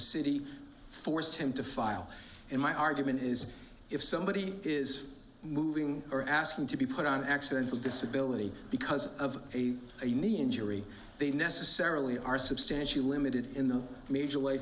city forced him to file and my argument is if somebody is moving or asking to be put on accidental disability because of a knee injury they necessarily are substantially limited in the major